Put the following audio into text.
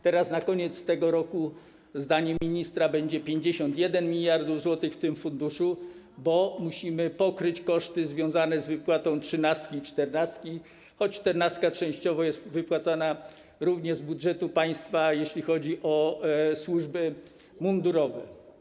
Teraz na koniec tego roku, zdaniem ministra, będzie 51 mld zł w tym funduszu, bo musimy pokryć koszty związane z wypłatą trzynastki i czternastki, choć czternastka częściowo jest wypłacana również z budżetu państwa, jeśli chodzi o służby mundurowe.